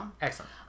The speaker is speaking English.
Excellent